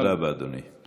תודה רבה, אדוני.